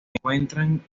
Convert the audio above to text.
encuentran